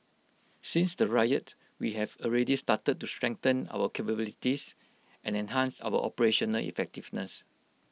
since the riot we have already started to strengthen our capabilities and enhance our operational effectiveness